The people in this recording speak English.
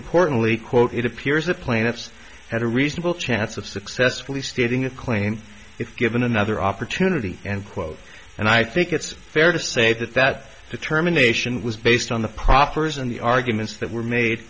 importantly quote it appears that plaintiffs had a reasonable chance of successfully stating a claim if given another opportunity and quote and i think it's fair to say that that determination was based on the properties in the arguments that were made